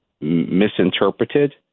misinterpreted